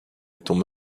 étant